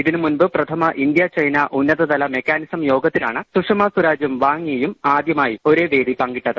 ഇതിനു മുൻപ് പ്രഥമ ഇന്ത്യ ചൈനാ ഉന്നതതല മെക്കാനിസം യോഗത്തിലാണ് സുഷമ സ്വരാജും വാങ് ഇ യും ആദ്യ മായി ഒരേ വേദി പങ്കിട്ടത്